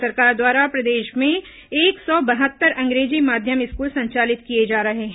राज्य सरकार द्वारा प्रदेशभर में एक सौ बहत्तर अंग्रेजी माध्यम स्कूल संचालित किए जा रहे हैं